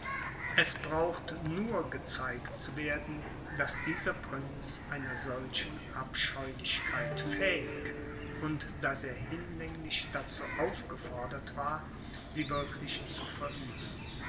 es braucht nun gezeigt zu werden daß dieser prinz einer solchen abscheulichkeit fähig und daß er hinlänglich dazu aufgefordert war sie wirklich zu verüben